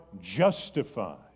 justified